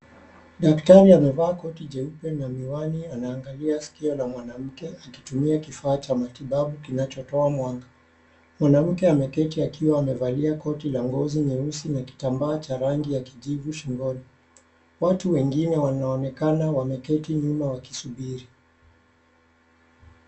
Daktari amevaa koti jeupe na miwani anaangalia sikio la mwanamke akitumia kifaa cha matibabu kinachotoa mwanga, mwanamke ameketi akiwa amevalia koti la ngozi nyeusi na kitambaa cha rangi ya Kijivu shingoni, watu wengine wanaonekana wameketi nyuma wakisubiri.